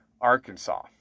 Arkansas